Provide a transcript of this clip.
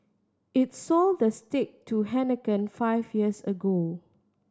it sold the stake to Heineken five years ago